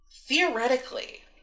theoretically